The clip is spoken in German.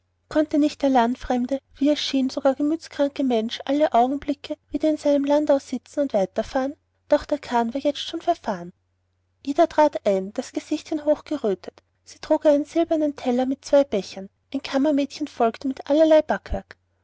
konnte nicht der landfremde wie es schien sogar gemütskranke mensch alle augenblicke wieder in seinem landau sitzen und weiterfahren doch der karren war jetzt schon verfahren ida trat ein das gesichtchen war hochgerötet sie trug einen silbernen teller mit zwei bechern ein kammermädchen folgte mit allerlei backwerk